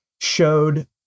showed